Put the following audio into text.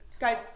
Guys